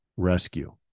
rescue